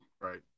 right